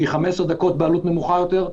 שהיא 15 דקות בעלות נמוכה יותר,